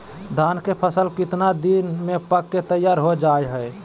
धान के फसल कितना दिन में पक के तैयार हो जा हाय?